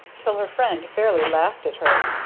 till her friend fairly laughed at her.